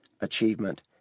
achievement